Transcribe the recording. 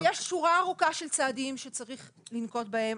עכשיו יש שורה ארוכה של צעדים שצריך לנקוט בהם,